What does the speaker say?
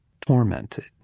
tormented